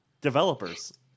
developers